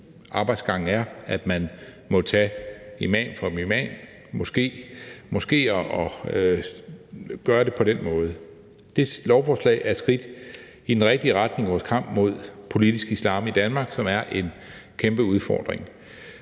arbejdsgangen er, at man må tage imam for imam, måske moskéer, og gøre det på den måde. Det lovforslag er et skridt i den rigtige retning i vores kamp mod politisk islam i Danmark, som er en kæmpe udfordring.